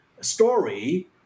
story